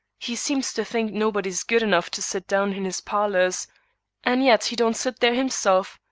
he seems to think nobody is good enough to sit down in his parlors and yet he don't sit there himself,